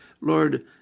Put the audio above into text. Lord